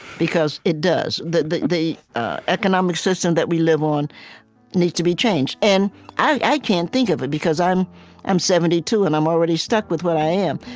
because it does. the the economic system that we live on needs to be changed. and i can't think of it, because i'm i'm seventy two, and i'm already stuck with where i am.